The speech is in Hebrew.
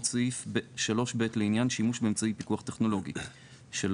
סעיף 3ב לעניין שימוש באמצעי פיקוח טכנולוגי."; (3)